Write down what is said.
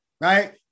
right